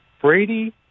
Brady